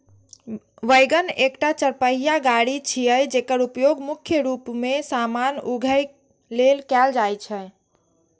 wagon एकटा चरपहिया गाड़ी छियै, जेकर उपयोग मुख्य रूप मे सामान उघै लेल कैल जाइ छै